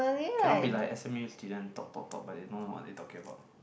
cannot be like s_m_u student talk talk talk but they don't know what they talking about